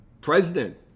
president